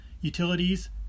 utilities